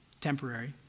Temporary